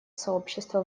сообщества